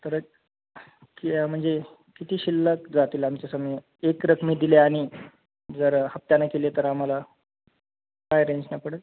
तर एक कि म्हणजे किती शिल्लक जातील आमचे समी एकरकमी दिले आणि जर हप्त्यानं केले तर आम्हाला काय रेंजना पडंल